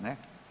Ne?